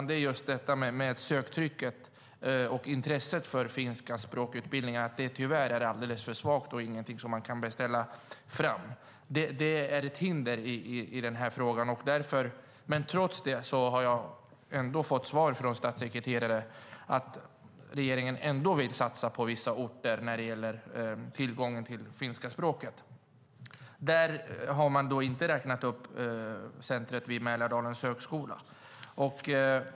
Det handlar om att söktrycket och intresset för den finska språkutbildningen tyvärr är alldeles för svagt. Det är inte någonting som man kan beställa fram. Det är ett hinder i frågan. Trots det har jag fått svar från statssekreterare att regeringen ändå vill satsa på vissa orter när det gäller tillgången till finska språket. Där har man inte räknat upp centrumet vid Mälardalens högskola.